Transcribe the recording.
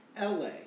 LA